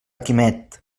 quimet